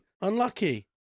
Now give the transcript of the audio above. Unlucky